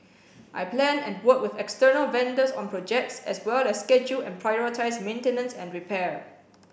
I plan and work with external vendors on projects as well as schedule and prioritise maintenance and repair